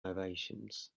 ovations